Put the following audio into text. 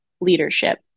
leadership